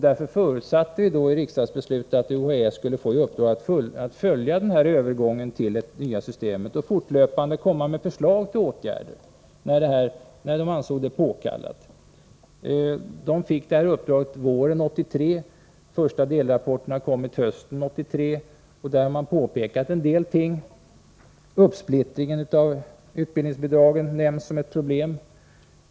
Därför förutsatte vi i riksdagsbeslutet att UHÄ skulle få i uppdrag att följa övergången till det nya systemet och fortlöpande komma med förslag till åtgärder när så ansågs påkallat. Detta uppdrag fick man våren 1983. Den första delrapporten kom på hösten 1983. I rapporten görs vissa påpekanden. Uppsplittringen av utbildningsbidragen nämns som ett problem.